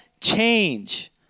change